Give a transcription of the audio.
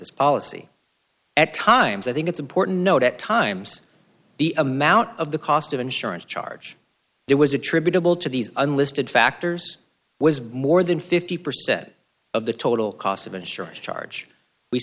this policy at times i think it's important to note at times the amount of the cost of insurance charge there was attributable to these unlisted factors was more than fifty percent of the total cost of insurance charge we